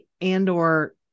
Andor